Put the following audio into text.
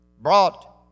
brought